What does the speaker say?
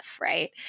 Right